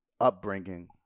upbringing